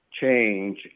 change